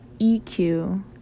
EQ